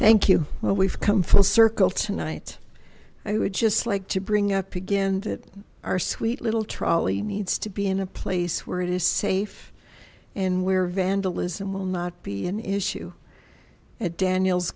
thank you well we've come full circle tonight i would just like to bring up begin that our sweet little trolley needs to be in a place where it is safe and where vandalism will not be an issue at daniels